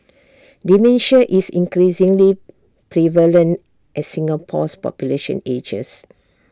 dementia is increasingly prevalent as Singapore's population ages